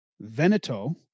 Veneto